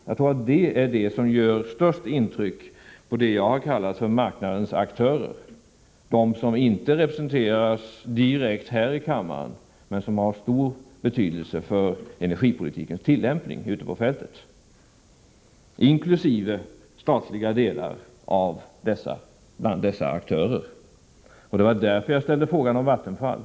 Jag tror att detta gör det största intrycket på vad jag har kallat marknadens aktörer, de som inte representeras direkt här i kammaren, men som har stor betydelse för energipolitikens tillämpning ute på fältet. Här inkluderas även statliga aktörer. Därför ställde jag frågan om Vattenfall.